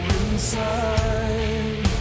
inside